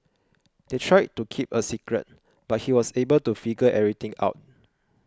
they tried to keep a secret but he was able to figure everything out